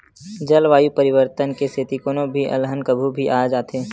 जलवायु परिवर्तन के सेती कोनो भी अलहन कभू भी आ जाथे